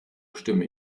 stimme